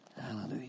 Hallelujah